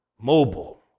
mobile